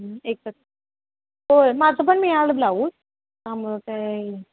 एकत्र होय माझं पण मी आलं ब्लाऊ त्यामुळे काय